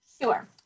Sure